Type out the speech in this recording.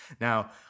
now